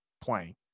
playing